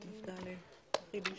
אני מציע